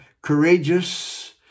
courageous